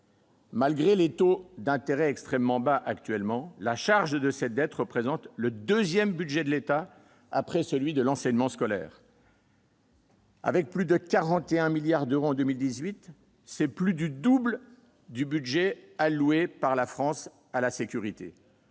Malgré des taux d'intérêt extrêmement bas actuellement, la charge de la dette représente le deuxième budget de l'État après celui de l'enseignement scolaire, avec plus de 41 milliards d'euros en 2018, soit plus du double du budget alloué à la sécurité